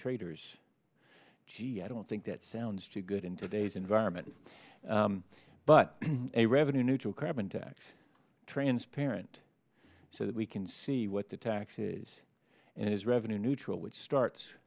traders gee i don't think that sounds too good in today's environment but a revenue neutral carbon tax transparent so that we can see what the taxes and is revenue neutral which starts